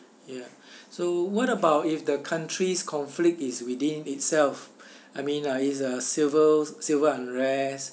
yeah so what about if the country's conflict is within itself I mean uh is a civil civil unrest